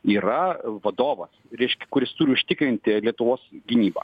yra vadovas reiškia kuris turi užtikrinti lietuvos gynybą